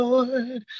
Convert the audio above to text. Lord